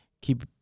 keep